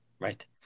right